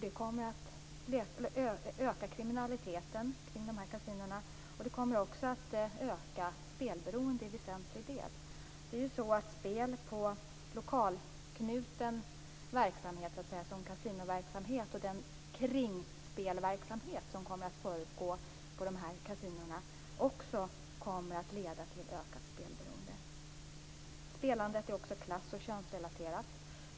Det kommer att öka kriminaliteten kring kasinona och i väsentlig del spelberoendet. Spel på lokalknuten verksamhet, t.ex. kasinoverksamhet, och den kringspelsverksamhet som kommer att förekomma på kasinona, kommer också att leda till ökat spelberoende. Spelandet är också klass och könsrelaterat.